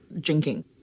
drinking